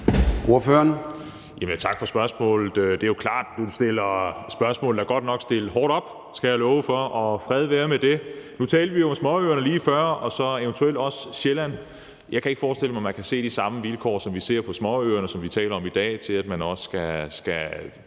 Roug (S): Tak for spørgsmålet. Spørgsmålet er godt nok stillet hårdt op, skal jeg love for, og fred være med det. Nu talte vi jo om småøerne lige før og så også om Sjælland. Jeg kan ikke forestille mig, at man kan se de samme vilkår, som vi ser på småøerne, som vi taler om i dag, på hele Sjælland.